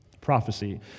prophecy